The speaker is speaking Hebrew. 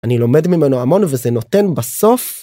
אני לומד ממנו המון וזה נותן בסוף.